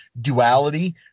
duality